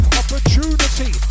opportunity